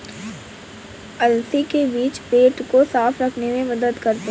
अलसी के बीज पेट को साफ़ रखने में मदद करते है